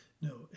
no